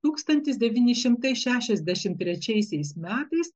tūkstantis devyni šimtai šešiasdešimt trečiaisiais metais